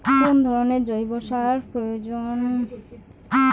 কোন ধরণের জৈব সার প্রয়োজন?